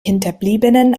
hinterbliebenen